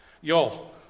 y'all